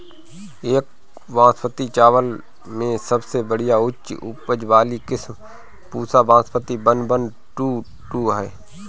एक बासमती चावल में सबसे बढ़िया उच्च उपज वाली किस्म Pusa Basmati one one two one ह?